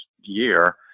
year